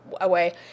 away